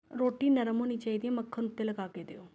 ਰੋਟੀ ਨਰਮ ਹੋਣੀ ਚਾਹੀਦੀ ਹੈ ਮੱਖਣ ਉੱਤੇ ਲਗਾ ਕੇ ਦਿਉ